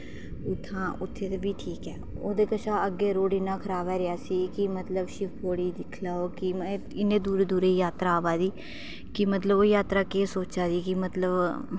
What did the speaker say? इत्थां उत्थें भी ठीक ऐ ओह्दे कशा अग्गें रोड़ इन्ना खराब ऐ रियासी मतलब कि शिवखोड़ी दिक्खी लैओ इन्ने दूरै दूरै दी जात्तरा आवा दी ते ओह् जात्तरा केह् सोचा दी मतलब